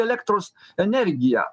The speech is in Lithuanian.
elektros energiją